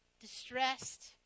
distressed